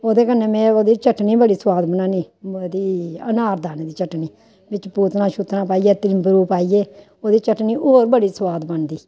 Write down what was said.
ओह्दे कन्नै में ओह्दी चटनी बड़ी सोआद बनान्नीं ओह्दी अनारदाने दी चटनी बिच्च पूतना शूतना पाइयै तिम्बरू पाइयै ओह्दी चटनी होर बड़ी सोआद बनदी